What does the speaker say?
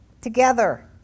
together